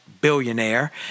billionaire